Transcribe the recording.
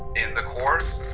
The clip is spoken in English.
in the course?